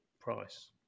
price